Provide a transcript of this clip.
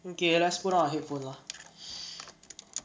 okay let's put on our headphones lah